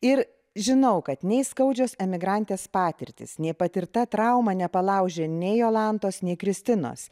ir žinau kad nei skaudžios emigrantės patirtys nei patirta trauma nepalaužė nei jolantos nei kristinos